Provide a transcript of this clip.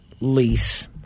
lease